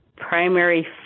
primary